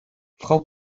frau